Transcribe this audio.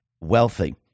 wealthy